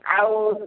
ଆଉ